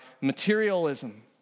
materialism